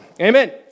Amen